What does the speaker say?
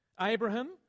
Abraham